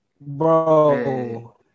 Bro